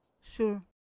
Sure